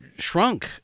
shrunk